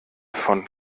von